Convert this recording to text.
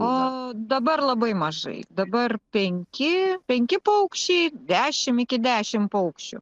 o dabar labai mažai dabar penki penki paukščiai dešim iki dešim paukščių